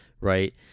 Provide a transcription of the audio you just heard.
right